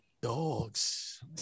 Dogs